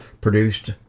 produced